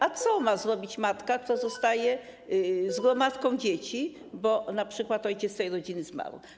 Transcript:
A co ma zrobić matka, która zostaje z gromadką dzieci, bo np. ojciec tej rodziny zmarł?